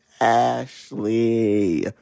Ashley